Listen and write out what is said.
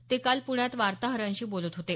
ते काल पुण्यात वार्ताहरांशी बोलत होते